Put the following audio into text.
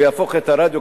ויהפוך את הרדיו,